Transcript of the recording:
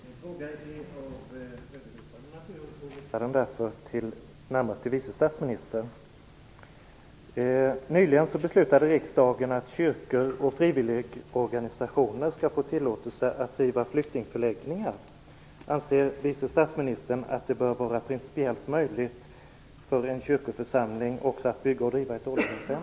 Fru talman! Min fråga är av övergripande natur och jag riktar den därför till vice statsministern. Nyligen beslutade riksdagen att kyrkor och frivilligorganisationer skall få driva flyktingförläggningar. Anser vice statsministern att det också bör vara principiellt möjligt för en kyrkoförsamling att bygga och driva ett ålderdomshem?